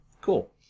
cool